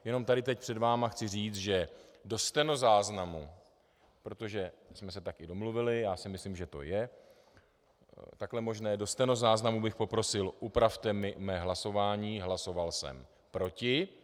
Jenom tady teď před vámi chci říci, že do stenozáznamu protože jsme se tak i domluvili, já si myslím, že to je takhle možné do stenozáznamu bych poprosil, upravte mi mé hlasování, hlasoval jsem proti.